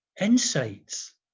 insights